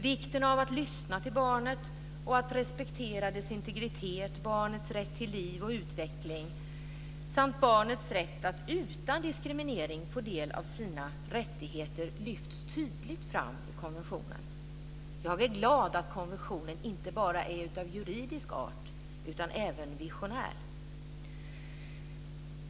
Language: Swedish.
Vikten av att lyssna till barnet och att respektera dess integritet, rätt till liv och utveckling samt rätt att utan diskriminering få del av sina rättigheter lyfts tydligt fram i konventionen. Jag är glad att konventionen inte bara är av juridisk, utan även visionär, art.